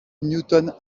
newton